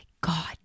God